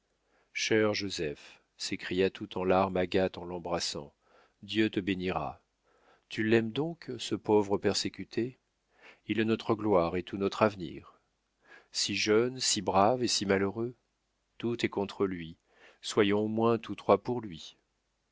cher joseph s'écria tout en larmes agathe en l'embrassant dieu te bénira tu l'aimes donc ce pauvre persécuté il est notre gloire et tout notre avenir si jeune si brave et si malheureux tout est contre lui soyons au moins tous trois pour lui